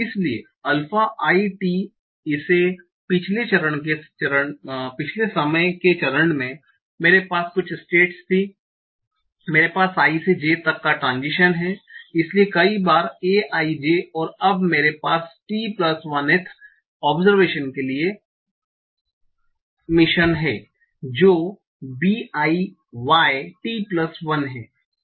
इसलिए alpha i t इसे पिछले समय के चरण मे मेरे पास कुछ स्टेट थी मेरे पास i से j तक का ट्रान्ज़िशन है इसलिए कई बार a ij और अब मेरे पास t 1th ओबसरवेशन के लिए मिशन है जो b j y t1 है